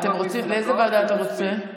לאיזו ועדה אתה רוצה?